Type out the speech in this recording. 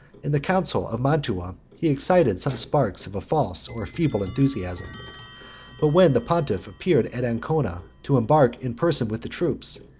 in the council of mantua he excited some sparks of a false or feeble enthusiasm but when the pontiff appeared at ancona, to embark in person with the troops,